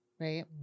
right